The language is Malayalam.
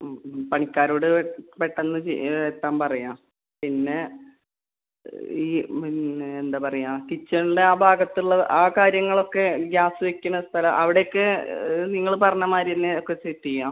ഉം ഉം പണിക്കാരോട് പെട്ടെന്ന് ചെ എത്താൻ പറയാം പിന്നെ ഈ പിന്നെ എന്താണ് പറയുക കിച്ചണിൻ്റെ ആ ഭാഗത്തുള്ള ആ കാര്യങ്ങളൊക്കെ ഗ്യാസ് വയ്ക്കുന്ന സ്ഥലം അവിടെ ഒക്കെ നിങ്ങൾ പറഞ്ഞ മാതിരി തന്നെ ഒക്കെ സെറ്റ് ചെയ്യാം